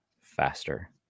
faster